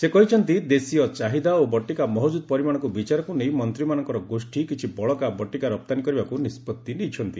ସେ କହିଛନ୍ତି ଦେଶୀୟ ଚାହିଦା ଓ ବଟିକା ମହଜୁଦ ପରିମାଣକୁ ବିଚାରକୁ ନେଇ ମନ୍ତ୍ରୀମାନଙ୍କର ଗୋଷ୍ଠୀ କିଛି ବଳକା ବଟିକା ରପ୍ତାନୀ କରିବାକୁ ନିଷ୍ପଭି ନେଇଛନ୍ତି